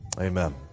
Amen